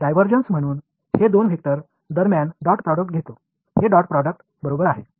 divergence என்பது இரண்டு வெக்டர்களுக்கு இடையேயான டாட் ப்ராடக்ட் ஆக வைத்துக் கொள்ளலாம் இது டாட் ப்ராடக்ட் போன்று இருக்கும்